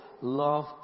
love